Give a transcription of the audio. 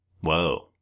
Whoa